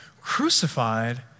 crucified